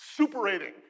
superating